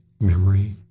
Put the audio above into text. memory